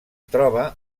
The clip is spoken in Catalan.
troba